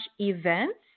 events